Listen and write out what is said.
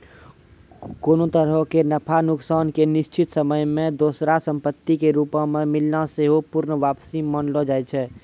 कोनो तरहो के नफा नुकसान के निश्चित समय मे दोसरो संपत्ति के रूपो मे मिलना सेहो पूर्ण वापसी मानलो जाय छै